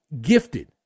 gifted